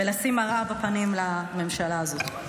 ולשים מראה בפנים לממשלה הזאת.